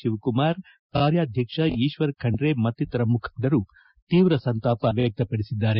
ಶಿವಕುಮಾರ್ ಕಾರ್ಯಾಧ್ಯಕ್ಷ ಕುಶ್ವರ ಖಂಡ್ ಮತ್ತಿತರ ಮುಖಂಡರು ತೀವ್ರ ಸಂತಾಪ ವ್ಯಕ್ತಪಡಿಸಿದ್ದಾರೆ